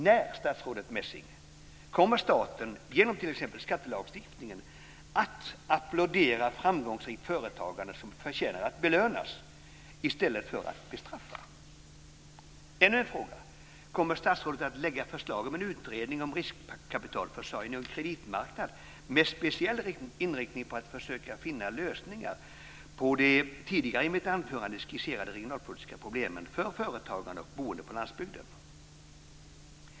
När, statsrådet Messing, kommer staten genom t.ex. skattelagstiftningen att "applådera framgångsrikt företagande, som förtjänar att belönas" i stället för att utforma den som en bestraffning? Ännu en fråga: Kommer statsrådet att lägga fram förslag om en utredning om riskkapitalförsörjning och kreditmarknad med speciell inriktning på att försöka finna lösningar på de tidigare i mitt anförande skisserade regionalpolitiska problemen för företagande och boende på landsbygden?